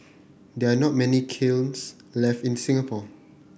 there are not many kilns left in Singapore